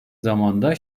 zamanda